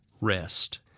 rest